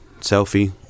selfie